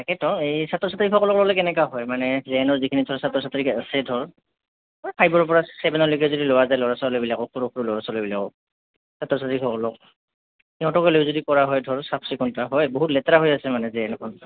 তাকেতো এই ছাত্ৰ ছাত্ৰীসকলৰ লগতে কেনেকুৱা হয় মানে জেনৰ যিখিনি ধৰ ছাত্ৰ ছাত্ৰীক আছে ধৰ ফাইভৰ পৰা ছেভেনলৈকে যদি লোৱা যায় ল'ৰা ছোৱালীবিলাকক সৰু সৰু ল'ৰা ছোৱালীবিলাকক ছাত্ৰ ছাত্ৰীসকলক সিহঁতকে লৈ যদি কৰা হয় ধৰক চাফ চিকুণতা হয় বহুত লেতেৰা হৈ আছে মানে জে এনখন